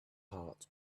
heart